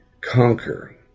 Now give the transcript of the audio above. conquer